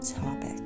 topic